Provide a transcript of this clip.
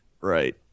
Right